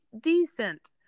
decent